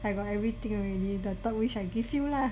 I got everything already the third wish I give you lah